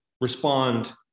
respond